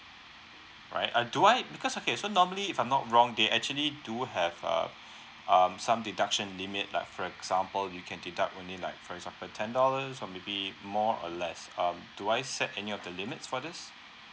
right uh do I because okay so normally if I'm not wrong they actually do have uh um some deduction limit like for example you can deduct limit like for example ten dollars or maybe more or less um do I set any of the limits for this